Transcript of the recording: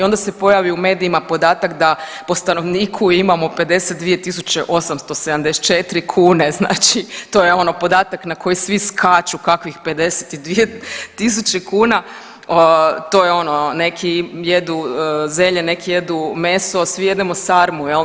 I onda se pojavi u medijima podatak da po stanovniku imamo 52.874 kune, znači to je ono podatak na koji svi skaču, kakvih 52.000 kuna to je ono neki jedu zelje, neki jedu meso, svi jedemo sarmu jel.